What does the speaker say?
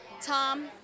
Tom